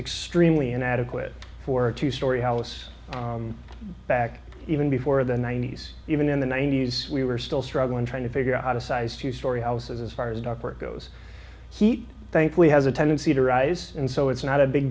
extremely inadequate for a two story house back even before the ninety's even in the ninety's we were still struggling trying to figure out a size two story house as far as ductwork goes heat thankfully has a tendency to rise and so it's not a big